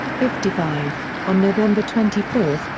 fifty five on november twenty four,